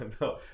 No